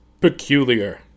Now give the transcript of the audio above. Peculiar